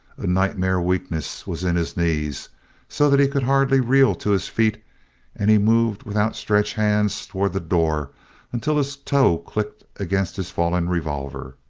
a nightmare weakness was in his knees so that he could hardly reel to his feet and he moved with outstretched hands towards the door until his toe clicked against his fallen revolver.